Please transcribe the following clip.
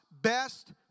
best